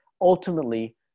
ultimately